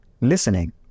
listening